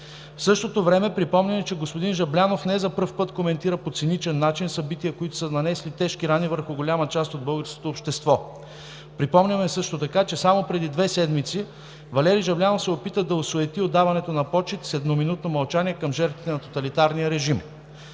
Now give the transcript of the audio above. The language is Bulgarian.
В същото време припомняме, че господин Жаблянов не за пръв път коментира по циничен начин събития, които са нанесли тежки рани върху голяма част от българското общество. Припомняме също така, че само преди две седмици Валери Жаблянов се опита да осуети отдаването на почит с едноминутно мълчание към жертвите на тоталитарния режим.